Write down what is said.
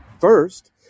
First